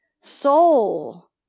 soul